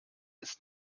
ist